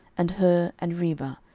and hur, and reba,